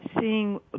seeing